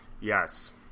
yes